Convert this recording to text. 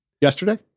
Yesterday